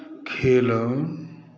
खेलहुँ